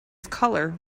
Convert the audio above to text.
color